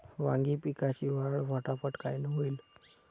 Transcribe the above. वांगी पिकाची वाढ फटाफट कायनं होईल?